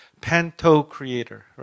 panto-creator